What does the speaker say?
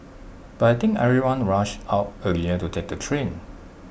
but I think everyone rush out earlier to take the train